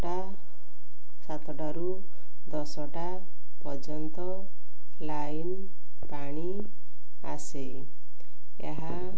ଟା ସାତଟାରୁ ଦଶଟା ପର୍ଯ୍ୟନ୍ତ ଲାଇନ୍ ପାଣି ଆସେ ଏହା